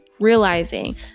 realizing